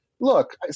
look